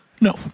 No